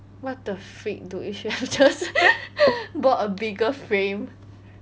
what the freak dude you should have just bought a bigger frame